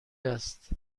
است